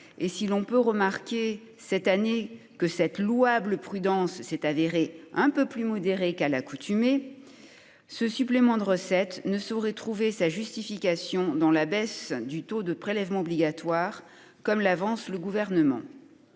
et si l'on peut remarquer que cette louable prudence s'est révélée un peu plus modérée qu'à l'accoutumée, ce supplément de recettes ne saurait trouver sa justification dans la baisse du taux de prélèvements obligatoires, comme l'avance le Gouvernement.